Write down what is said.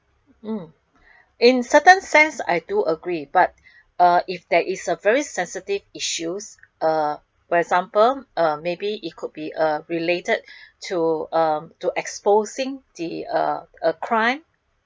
mm in certain sense I do agree but uh if there is a very sensitive issues uh for example uh maybe it could be a related to um to exposing the uh a crime